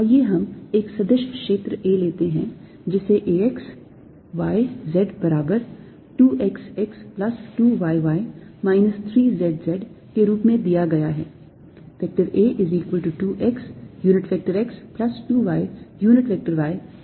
आइए हम एक सदिश क्षेत्र A लेते हैं जिसे A x y z बराबर 2 x x plus 2 y y minus 3 z z के रूप में दिया गया है